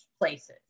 places